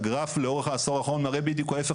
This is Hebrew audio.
הגרף לאורך העשור האחרון מראה ההיפך,